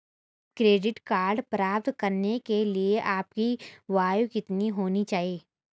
Credit card प्राप्त करने के लिए आपकी आयु कितनी होनी चाहिए?